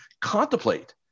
contemplate